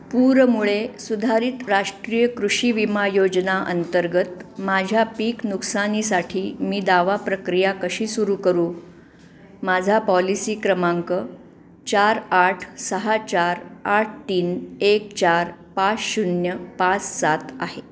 पूरामुळे सुधारित राष्ट्रीय कृषी विमा योजना अंतर्गत माझ्या पीक नुकसानीसाठी मी दावा प्रक्रिया कशी सुरू करू माझा पॉलिसी क्रमांक चार आठ सहा चार आठ तीन एक चार पाच शून्य पाच सात आहे